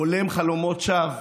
חולם חלומות שווא,